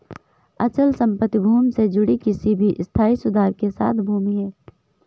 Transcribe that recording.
अचल संपत्ति भूमि से जुड़ी किसी भी स्थायी सुधार के साथ भूमि है